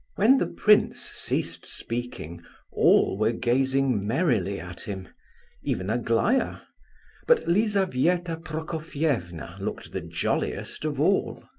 when the prince ceased speaking all were gazing merrily at him even aglaya but lizabetha prokofievna looked the jolliest of all.